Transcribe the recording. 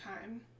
time